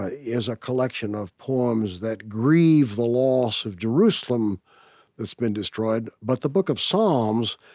ah is a collection of poems that grieve the loss of jerusalem that's been destroyed. but the book of psalms,